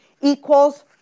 equals